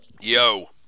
yo